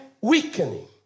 weakening